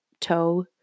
toe